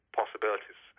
possibilities